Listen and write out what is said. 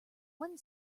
one